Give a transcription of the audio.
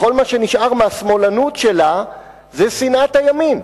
וכל מה שנשאר מהשמאלנות שלה זה שנאת הימין,